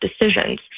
decisions